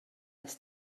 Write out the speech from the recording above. nes